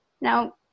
Now